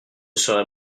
serai